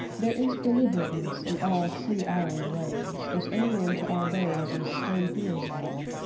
there is deliberateness in all sea-island ways, as alien to our days as stone wheels are.